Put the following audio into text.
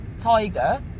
tiger